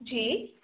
जी